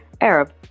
Arab